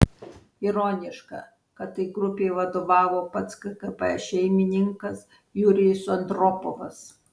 ironiška kad tai grupei vadovavo pats kgb šeimininkas jurijus andropovas